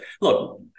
look